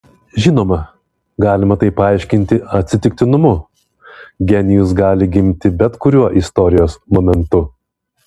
žinoma galima tai paaiškinti atsitiktinumu genijus gali gimti bet kuriuo istorijos momentu